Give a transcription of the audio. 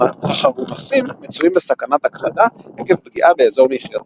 החרומפים מצויים בסכנת הכחדה עקב פגיעה באזור מחייתם.